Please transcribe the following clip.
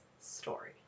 story